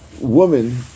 woman